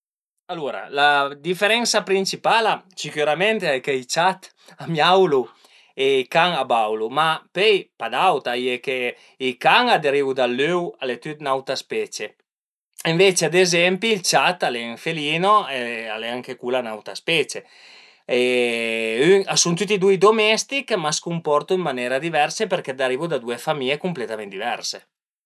Alura la diferensa principala sicürament al e che i ciat a maiulu e i can a baulu, ma pöi pa d'aut a ie che i can a derivu dal lüu, al e tüt ün'auta specie, ënvece ad ezempi ël ciat al e ën felino e al e anche cula ün'auta specie e a sun tüti e dui domestich, ma a s'cumpurtu ën manera diversa përché a derivu da due famìe cumpletament diverse